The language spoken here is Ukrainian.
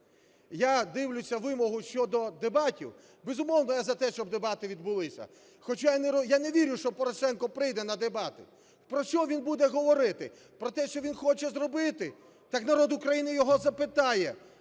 Я дивлюся вимогу щодо дебатів. Безумовно, я за те, щоб дебати відбулися. Хоча я не вірю, що Порошенко прийде на дебати. Про що він буде говорити? Про те, що він хоче зробити? Так народ України його запитає: